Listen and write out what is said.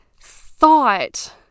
thought